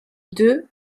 deux